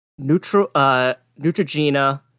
Neutrogena